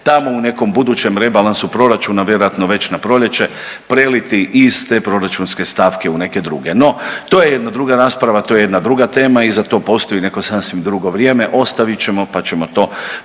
tamo u nekom budućem rebalansu proračuna vjerojatno već na proljeće preliti iz te proračunske stavke u neke druge. No, to je jedna druga rasprava, to je jedna druga tema i za to postoji neko sasvim drugo vrijeme. Ostavit ćemo pa ćemo to